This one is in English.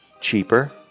cheaper